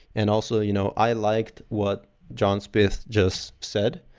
and also, you know i liked what john smith just said.